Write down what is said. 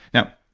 now,